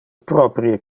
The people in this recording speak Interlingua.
proprie